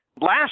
Last